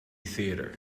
theatre